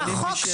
שידייקו.